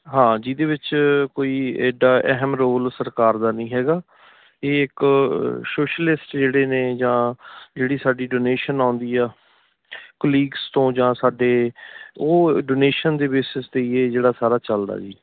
ਹਾਂ ਜਿਹਦੇ ਵਿੱਚ ਕੋਈ ਇਡਾ ਅਹਿਮ ਰੋਲ ਸਰਕਾਰ ਦਾ ਨਹੀਂ ਹੈਗਾ ਇਹ ਇੱਕ ਸੋਸ਼ਲਿਸਟ ਜਿਹੜੇ ਨੇ ਜਾਂ ਜਿਹੜੀ ਸਾਡੀ ਡੋਨੇਸ਼ਨ ਆਉਂਦੀ ਆ ਕੁਲੀਗਸ ਤੋਂ ਜਾਂ ਸਾਡੇ ਉਹ ਡੋਨੇਸ਼ਨ ਦੇ ਬੇਸਿਸ 'ਤੇ ਇਹ ਜਿਹੜਾ ਸਾਰਾ ਚੱਲਦਾ ਜੀ